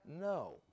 No